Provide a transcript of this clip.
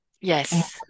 Yes